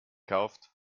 kauft